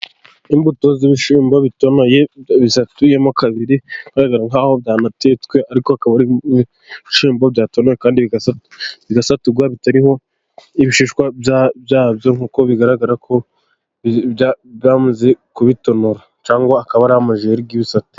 Imbuto y'ibishyimbo bitonoye bisatuyemo kabiri bigaragara nk'aho byanatetswe ariko akaba ari ibishyimbo byatonowe, bigasatugwa bitariho ibishishwa byabyo, nk'uko bigaragara ko bamaze kubitonora cyangwa akaba ari amajeri y'ibisate.